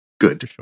good